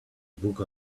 book